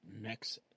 next